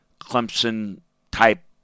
Clemson-type